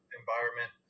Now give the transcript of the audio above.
environment